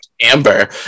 Amber